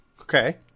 Okay